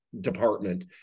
department